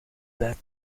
that